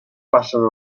passen